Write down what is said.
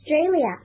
Australia